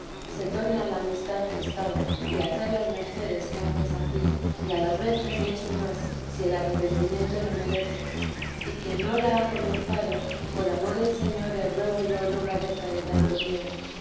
se torna a la amistad que estaba y a hacer las mercedes que antes hacía y a las veces mucho más si el arrepentimiento lo merece y quien no la ha comenzado por amor del señor le ruego yo no carezca de tanto bien